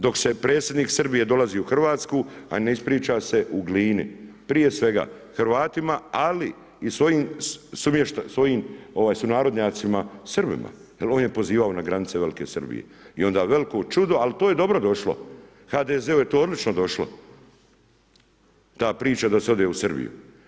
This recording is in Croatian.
Dok predsjednik Srbije dolazi u Hrvatsku, a ne ispriča se u Glini, prije svega Hrvatima, ali i svojim sunarodnjacima Srbima, jer on je pozivao na granice Velike Srbije i onda veliko čudo, ali to je dobro došlo, HDZ-u je to odlično došlo ta priča da se ode u Srbiju.